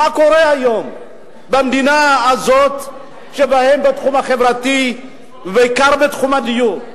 מה קורה במדינה הזאת בתחום החברתי ובעיקר בתחום הדיור.